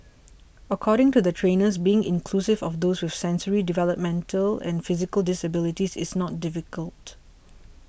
according to the trainers being inclusive of those with sensory developmental and physical disabilities is not difficult